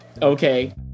okay